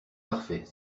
parfait